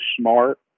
smart